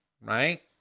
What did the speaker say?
right